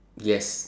yes